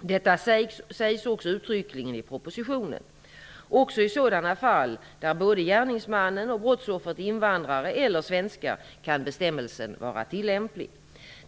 Detta sägs också uttryckligen i propositionen . Också i sådana fall där både gärningsmannen och brottsoffret är invandrare, eller svenskar, kan bestämmelsen vara tillämplig.